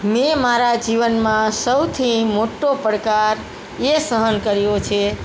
મેં મારા જીવનમાં સૌથી મોટો પડકાર એ સહન કર્યો છે